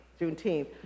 Juneteenth